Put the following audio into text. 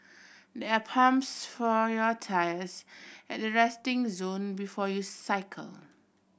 there are pumps for your tyres at the resting zone before you cycle